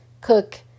cook